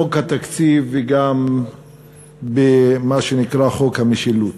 בחוק התקציב וגם במה שנקרא חוק המשילות.